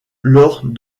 lors